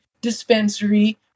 dispensary